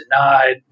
denied